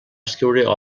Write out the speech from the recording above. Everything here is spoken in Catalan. escriure